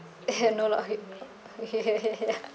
no lah